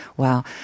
Wow